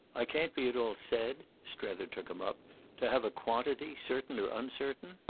i can't be at all said strether took him up to have a quantity certain or uncertain?